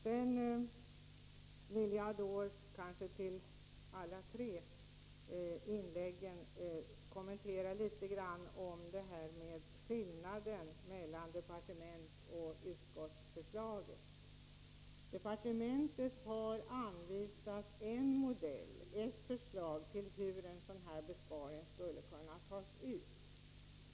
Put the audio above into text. Sedan vill jag med anledning av alla tre inläggen något kommentera skillnaden mellan departementsoch utskottsförslagen. Departementet har anvisat en modell för hur en sådan här besparing skulle kunna tas ut.